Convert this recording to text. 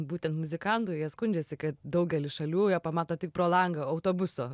būtent muzikantų jie skundžiasi kad daugelį šalių pamato tik pro langą autobuso